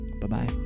Bye-bye